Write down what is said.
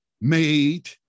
made